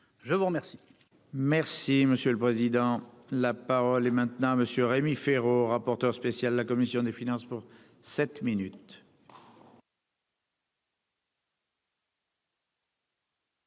Je veux remercier